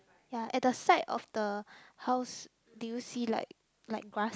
ya at the side of the house do you see like like grass